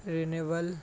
renewal